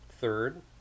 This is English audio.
Third